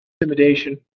Intimidation